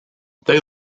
they